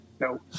No